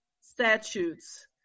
statutes